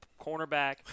cornerback